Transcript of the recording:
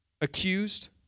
accused